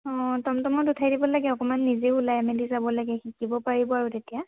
অঁ টমটমত উঠাই দিব লাগে অকণমান নিজে ওলাই মেলি যাব লাগে শিকিব পাৰিব আৰু তেতিয়া